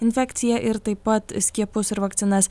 infekciją ir taip pat skiepus ir vakcinas